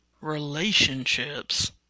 relationships